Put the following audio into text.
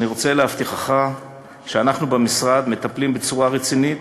אני רוצה להבטיחך שאנחנו במשרד מטפלים בצורה רצינית,